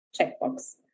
checkbox